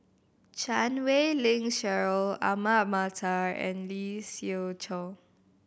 Chan Wei Ling Cheryl Ahmad Mattar and Lee Siew Choh